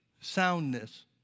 soundness